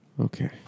Okay